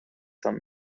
some